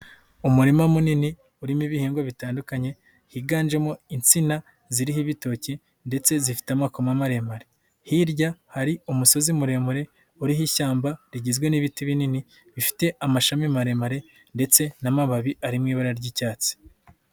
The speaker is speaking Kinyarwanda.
Umurima munini urimo ibihingwa bitandukanye, higanjemo insina ziriho ibitoki, ndetse zifite amakoma maremare. Hirya hari umusozi muremure, uriho ishyamba rigizwe n'ibiti binini, bifite amashami maremare ndetse n'amababi ari mu ibara ry'icyatsi.